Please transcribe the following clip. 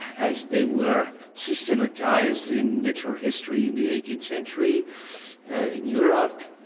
as they were systematized in literal history in the eighteenth century in europe,